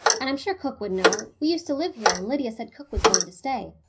and i'm sure cook would know. we used to live here, and lydia said cook was going to stay.